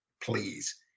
Please